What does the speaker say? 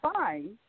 fine